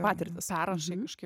patirtį perrašai kažkaip